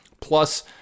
plus